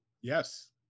Yes